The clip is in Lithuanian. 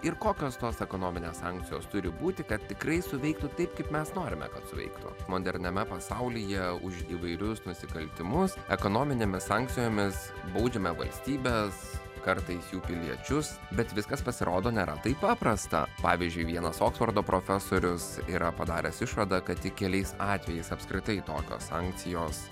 ir kokios tos ekonominės sankcijos turi būti kad tikrai suveiktų taip kaip mes norime kad suveiktų moderniame pasaulyje už įvairius nusikaltimus ekonominėmis sankcijomis baudžiame valstybes kartais jų piliečius bet viskas pasirodo nėra taip paprasta pavyzdžiui vienas oksfordo profesorius yra padaręs išvadą kad tik keliais atvejais apskritai tokios sankcijos